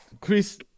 chris